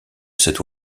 cette